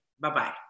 Bye-bye